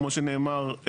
כמו שנאמר,